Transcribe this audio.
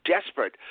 desperate